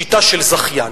שיטה של זכיין.